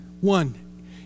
One